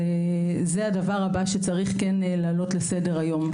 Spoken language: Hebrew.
זה הדבר הבא שצריך לעלות על סדר היום.